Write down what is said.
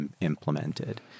implemented